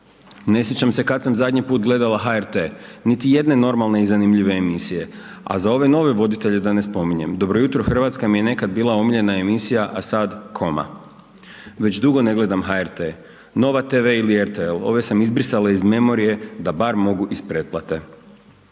Ne sjećam se kad sam zadnji put gledala HRT, niti jedne normalne i zanimljive emisije, a za ove nove voditelje da ne spominjem. Dobro jutro Hrvatska mi je nekad bila omiljena emisija, a sad koma. Već dugo ne gledam HRT, Nova tv ili RTL ove sam izbrisala iz memorije da bar mogu iz pretplate.